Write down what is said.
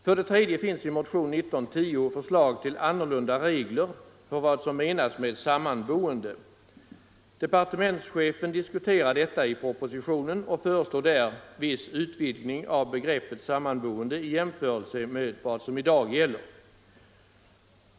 För det tredje finns i motionen 1910 förslag till annorlunda regler för vad som menas med sammanboende. Departementschefen diskuterar detta i propositionen och föreslår viss utvidgning av begreppet sammanboende i jämförelse med vad som i dag gäller.